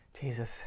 Jesus